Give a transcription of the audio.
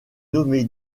nommé